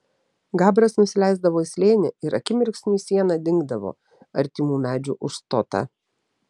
gabras nusileisdavo į slėnį ir akimirksniui siena dingdavo artimų medžių užstota